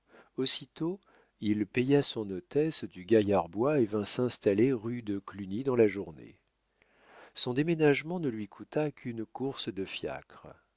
aussitôt il paya son hôtesse du gaillard bois et vint s'installer rue de cluny dans la journée son déménagement ne lui coûta qu'une course de fiacre